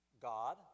God